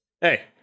Hey